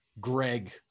Greg